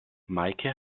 meike